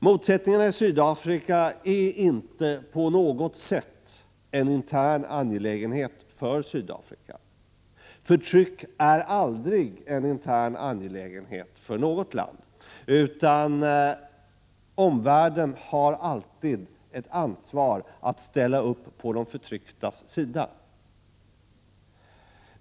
Motsättningarna i Sydafrika är inte på något sätt en intern angelägenhet för Sydafrika. Förtryck är aldrig en intern angelägenhet för något land, utan omvärlden har alltid ett ansvar att ställa upp på de förtrycktas sida.